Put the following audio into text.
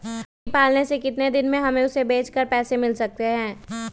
मुर्गी पालने से कितने दिन में हमें उसे बेचकर पैसे मिल सकते हैं?